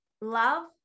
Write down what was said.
Love